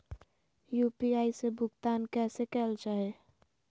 UPI से भुगतान कैसे कैल जहै?